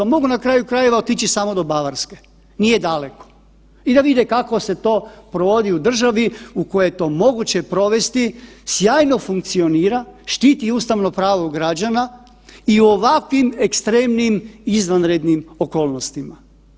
Mogu na kraju krajeva otići samo do Bavarske, nije daleko i da vide kako se to provodi u državi u kojoj je to moguće provesti, sjajno funkcionira, štiti ustavno pravo građana i u ovakvim ekstremnim izvanrednim okolnostima.